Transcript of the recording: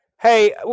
Hey